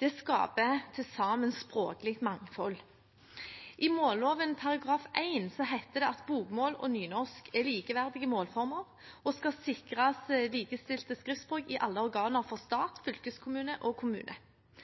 Det skaper til sammen språklig mangfold. I målloven § 1 heter det at bokmål og nynorsk er likeverdige målformer og skal sikre likestilte skriftspråk i alle organer for stat, fylkeskommune og kommune.